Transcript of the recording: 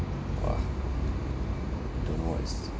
ah don't know what is this